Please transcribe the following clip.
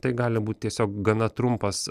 tai gali būt tiesiog gana trumpas